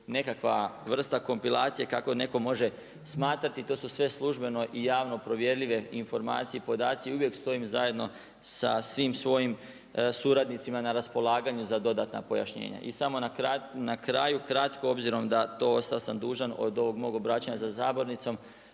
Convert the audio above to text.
nekakva vrsta kompilacije kako netko može smatrati, to su sve službeno i javno provjerljive informacije i podaci i uvijek stojim zajedno sa svim svojim suradnicima na raspolaganju za dodatna pojašnjenja. I samo na kraju kratko, obzirom da to ostao sam dužan od ovog mog obraćanja za sabornicom,